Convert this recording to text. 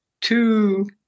two